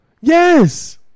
Yes